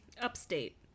Upstate